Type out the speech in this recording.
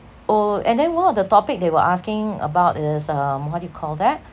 old and then one of the topic they were asking about is um what do you call that